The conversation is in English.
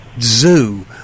zoo